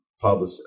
public